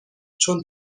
چون